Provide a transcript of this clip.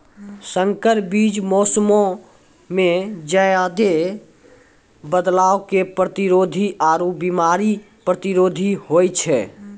संकर बीज मौसमो मे ज्यादे बदलाव के प्रतिरोधी आरु बिमारी प्रतिरोधी होय छै